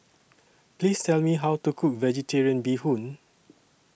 Please Tell Me How to Cook Vegetarian Bee Hoon